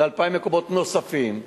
ל-2,000 מקומות נוספים.